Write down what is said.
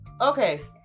Okay